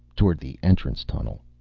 toward the entrance tunnel.